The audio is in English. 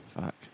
Fuck